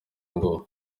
ngoma